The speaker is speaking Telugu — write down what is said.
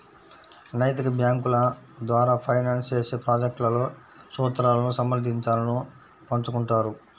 నైతిక బ్యేంకుల ద్వారా ఫైనాన్స్ చేసే ప్రాజెక్ట్లలో సూత్రాలను సమర్థించాలను పంచుకుంటారు